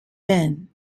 been